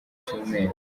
cyumweru